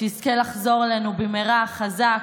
שיזכה לחזור אלינו במהרה חזק,